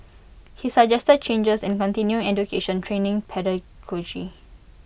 he suggested changes in continuing education training pedagogy